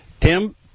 Tim